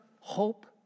hope